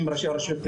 עם ראשי הרשויות,